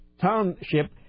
Township